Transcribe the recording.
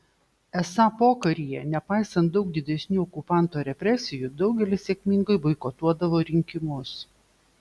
esą pokaryje nepaisant daug didesnių okupanto represijų daugelis sėkmingai boikotuodavo rinkimus